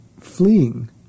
fleeing